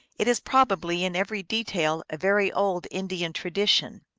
it is probably in every detail a very old indian tradition.